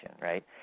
right